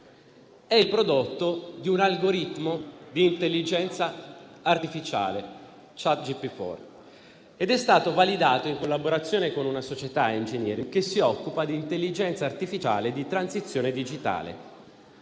è il prodotto di un algoritmo di intelligenza artificiale Chat GPT-4 ed è stato validato in collaborazione con una società di *engineering* che si occupa di intelligenza artificiale e di transizione digitale.